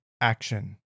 action